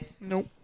Nope